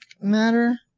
matter